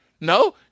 No